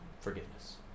Forgiveness